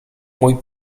mój